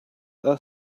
are